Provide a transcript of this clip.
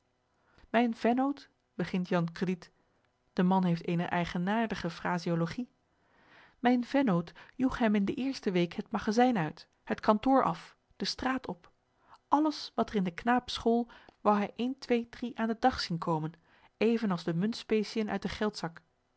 mijn vennoot begint jan crediet de man heeft eene eigenaardige phraseologie mijn vennoot joeg hem in de eerste week het magazijn uit het kantoor af de straat op alles wat er in den knaap school wou hij een twee drie aan den dag zien komen even als de muntspeciën uit den geldzak